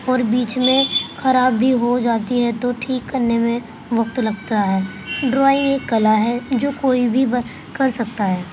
اور بیچ میں خراب بھی ہو جاتی ہے تو ٹھیک کرنے میں وقت لگتا ہے ڈرائنگ ایک کلا ہے جو کوئی بھی کر سکتا ہے